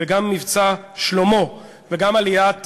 גם "מבצע שלמה" וגם עליית הפלאשמורה,